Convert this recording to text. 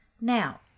Now